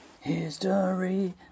History